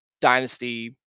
Dynasty